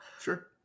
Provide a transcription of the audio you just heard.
sure